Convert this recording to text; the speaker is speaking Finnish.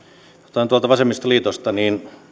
aloitetaan tuolta vasemmistoliitosta